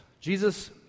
Jesus